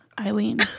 Eileen